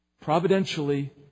providentially